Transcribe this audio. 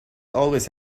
always